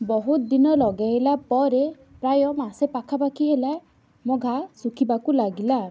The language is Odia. ବହୁତ ଦିନ ଲଗେଇଲା ପରେ ପ୍ରାୟ ମାସେ ପାଖାପାଖି ହେଲା ମୋ ଘା ଶୁଖିବାକୁ ଲାଗିଲା